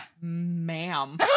ma'am